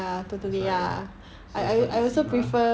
that's why so it's not easy mah